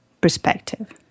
perspective